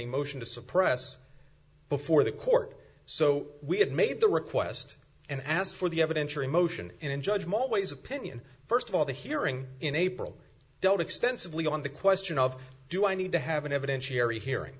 a motion to suppress before the court so we had made the request and asked for the evidence or emotion and judgment always opinion first of all the hearing in april dealt extensively on the question of do i need to have an evidentiary hearing